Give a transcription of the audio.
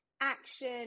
action